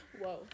Whoa